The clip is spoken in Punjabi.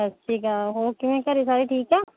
ਸਤਿ ਸ਼੍ਰੀ ਅਕਾਲ ਹੋਰ ਕਿਵੇਂ ਘਰ ਸਾਰੇ ਠੀਕ ਆ